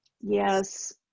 Yes